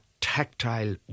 tactile